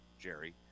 Jerry